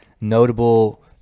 notable